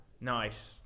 Nice